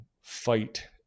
fight